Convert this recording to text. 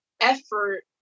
effort